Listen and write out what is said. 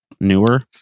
newer